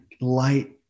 light